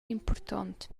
impurtont